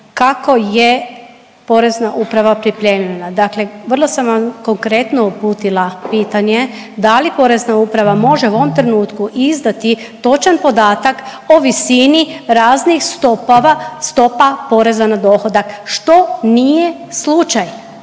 kako je Porezna uprava pripremljena, dakle vrlo sam vam konkretno uputila pitanje da li Porezna uprava može u ovom trenutku izdati točan podatak o visini raznih stopava, stopa poreza na dohodak, što nije slučajno,